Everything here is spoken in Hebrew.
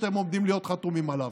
שאתם עומדים להיות חתומים עליו.